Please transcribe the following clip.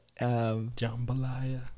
jambalaya